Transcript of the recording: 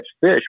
fish